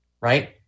right